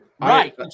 Right